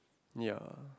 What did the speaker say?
ya